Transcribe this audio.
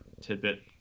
tidbit